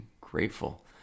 grateful